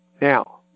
now